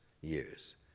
years